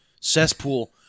cesspool